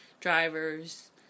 drivers